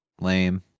Lame